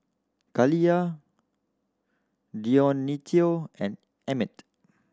Kaliyah Dionicio and Emit